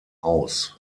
aus